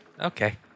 Okay